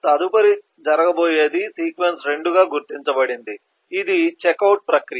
తదుపరి జరగబోయేది సీక్వెన్స్ 2 గా గుర్తించబడింది ఇది చెక్అవుట్ ప్రక్రియ